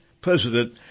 president